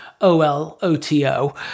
O-L-O-T-O